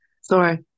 Sorry